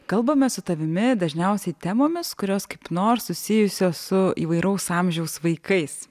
kalbame su tavimi dažniausiai temomis kurios kaip nors susijusios su įvairaus amžiaus vaikais